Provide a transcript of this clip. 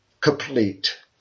complete